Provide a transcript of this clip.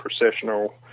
processional